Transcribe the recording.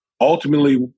Ultimately